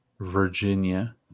Virginia